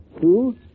Two